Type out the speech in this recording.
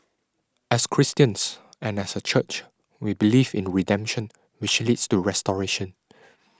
as Christians and as a church we believe in redemption which leads to restoration